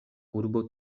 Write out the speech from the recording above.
urbo